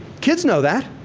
kids know that.